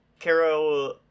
caro